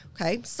okay